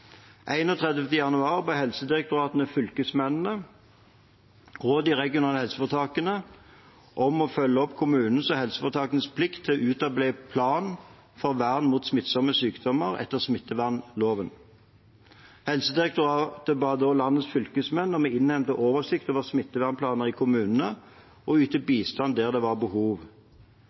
januar ba Helsedirektoratet fylkesmennene og de regionale helseforetakene om å følge opp kommunenes og helseforetakenes plikt til å utarbeide en plan for vern mot smittsomme sykdommer etter smittevernloven. Helsedirektoratet ba da landets fylkesmenn om å innhente en oversikt over smittevernplaner i kommunene og yte bistand der det var behov.